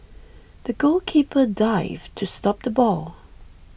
the goalkeeper dived to stop the ball